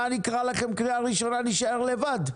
מה, אני אקרא לכם קריאה ראשונה, אני אשאר לבד.